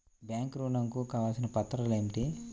Bank ఋణం కు కావలసిన పత్రాలు ఏమిటి?